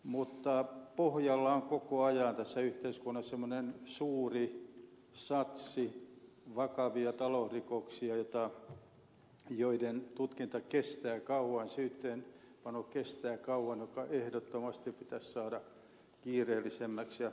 mutta pohjalla on koko ajan tässä yhteiskunnassa semmoinen suuri satsi vakavia talousrikoksia joiden tutkinta kestää kauan syytteeseenpano kestää kauan ja se ehdottomasti pitäisi saada kiireellisemmäksi